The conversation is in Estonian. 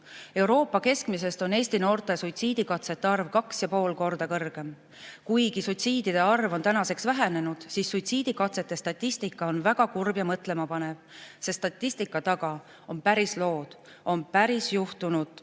Euroopa keskmisest on Eesti noorte suitsiidikatsete arv 2,5 korda kõrgem. Kuigi suitsiidide arv on tänaseks vähenenud, on suitsiidikatsete statistika väga kurb ja mõtlemapanev, sest statistika taga on päris lood, mis on